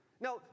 Now